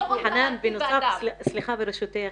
חנאן, סליחה, ברשותך,